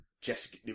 Jessica